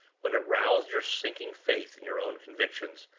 when it roused your sinking faith in your own convictions,